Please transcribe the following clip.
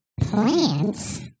plants